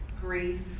grief